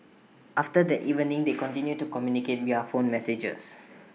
after that evening they continued to communicate via phone messages